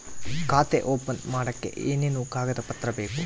ಖಾತೆ ಓಪನ್ ಮಾಡಕ್ಕೆ ಏನೇನು ಕಾಗದ ಪತ್ರ ಬೇಕು?